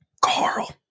Carl